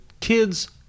kids